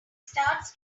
starts